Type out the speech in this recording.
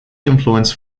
influence